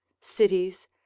cities